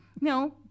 No